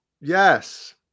Yes